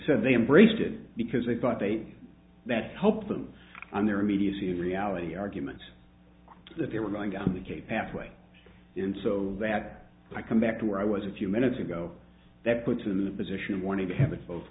they embraced it because they thought they that helped them on their immediacy and reality argument that they were going down the gay pathway in so that i come back to where i was a few minutes ago that puts them in the position of wanting to have it both